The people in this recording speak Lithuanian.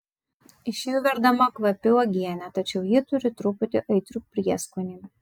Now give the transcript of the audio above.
iš jų verdama kvapi uogienė tačiau ji turi truputį aitrų prieskonį